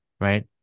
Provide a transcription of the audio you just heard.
right